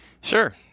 Sure